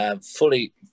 fully